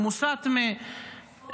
הוא מוסת משר,